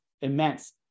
immense